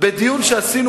בדיון שעשינו,